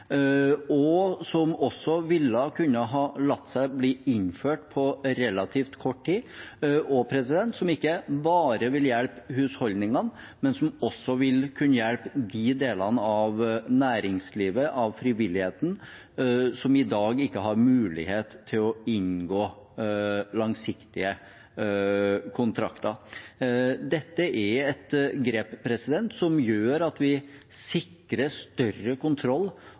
som ville ha kunnet la seg innføre på relativt kort tid, og som ikke bare vil hjelpe husholdningene, men som også vil kunne hjelpe de delene av næringslivet og frivilligheten som i dag ikke har mulighet til å inngå langsiktige kontrakter. Dette er et grep som gjør at vi sikrer større kontroll